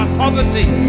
poverty